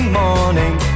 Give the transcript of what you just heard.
morning